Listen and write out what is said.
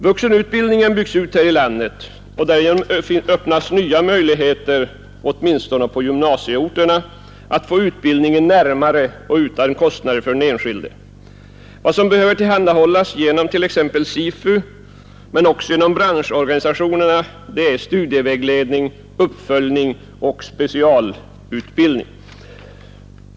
Vuxenutbildningen byggs ut här i landet, och därigenom öppnas nya möjligheter åtminstone på gymnasieorterna att få utbildningen närmare och utan kostnader för den enskilde. Vad som behöver tillhandahållas genom t.ex. SIFU men också genom branschorganisationerna är studievägledning, uppföljning och specialutbildning.